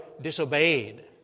disobeyed